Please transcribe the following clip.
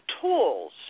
tools